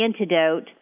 antidote